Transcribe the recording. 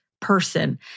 person